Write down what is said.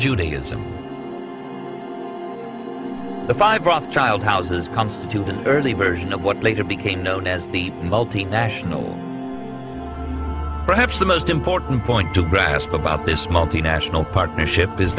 judaism the five profit child houses constitute an early version of what later became known as the multinational perhaps the most important point to grasp about this multinational partnership is